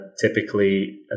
typically